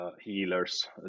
healers